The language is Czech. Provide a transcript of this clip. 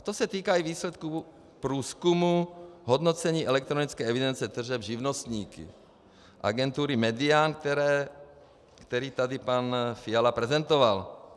To se týká i výsledků průzkumu hodnocení elektronické evidence tržeb živnostníky agentury MEDIAN, který tady pan předseda Fiala prezentoval.